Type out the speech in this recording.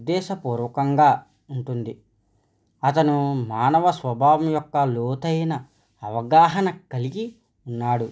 ఉద్దేశ పూర్వకంగా ఉంటుంది అతను మానవ స్వభావం యొక్క లోతైన అవగాహన కలిగి ఉన్నాడు